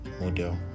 model